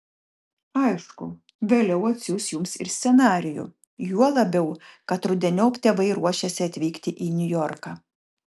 aišku vėliau atsiųs jums ir scenarijų juo labiau kad rudeniop tėvai ruošiasi atvykti į niujorką